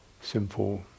simple